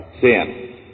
sin